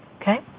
Okay